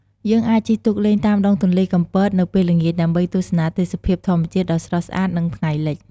យើងអាចជិះទូកលេងតាមដងទន្លេកំពតនៅពេលល្ងាច ដើម្បីទស្សនាទេសភាពធម្មជាតិដ៏ស្រស់ស្អាត និងថ្ងៃលិច។